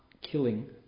killing